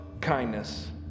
kindness